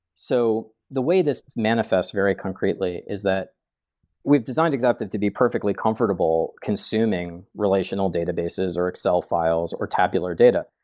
so the way this manifests very concretely is that we've designed exaptive to be perfectly comfortable consuming relational databases, or excel files, or tabular data.